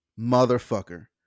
motherfucker